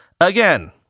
again